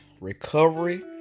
recovery